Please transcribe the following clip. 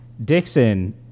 Dixon